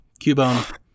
Cubone